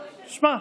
תשמע,